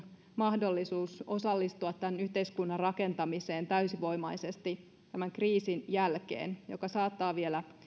mahdollisuus osallistua yhteiskunnan rakentamiseen täysivoimaisesti tämän kriisin jälkeen joka saattaa